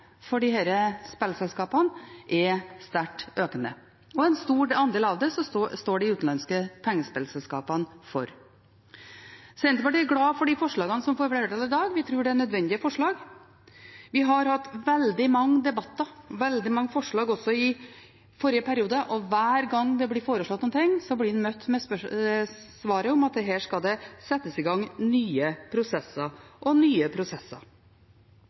for disse spillselskapene er sterkt økende, og de utenlandske pengespillselskapene står for en stor andel. Senterpartiet er glad for forslagene som får flertall i dag. Vi tror det er nødvendige forslag. Vi har hatt veldig mange debatter, og det var veldig mange forslag også i forrige periode. Hver gang noe blir foreslått, blir man møtt med svaret at det skal settes i gang nye prosesser og igjen nye prosesser.